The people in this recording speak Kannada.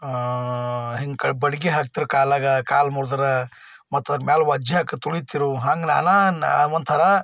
ಆಂ ಹಿಂಗೆ ಕ ಬಡಿಗೆ ಹಾಕ್ತಾರೆ ಕಾಲಾಗೆ ಕಾಲು ಮುರಿದ್ರೆ ಮತ್ತು ಅದ್ರ ಮೇಲೆ ವಜ್ಜೆ ಹಾಕಿ ತುಳಿತಾರೆ ಹಂಗೆ ನಾನಾ ಒಂಥರ